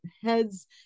heads